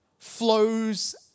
flows